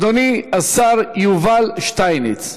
אדוני השר יובל שטייניץ,